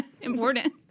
important